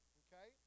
okay